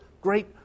great